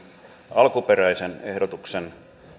alkuperäisen ehdotuksen